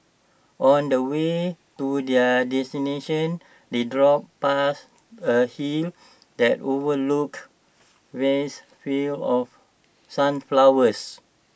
on the way to their destination they drove past A hill that overlooked vast fields of sunflowers